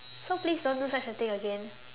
so please don't do such a thing again